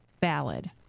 valid